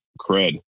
cred